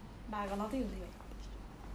but I got nothing to do eh